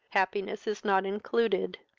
happiness is not included.